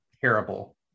terrible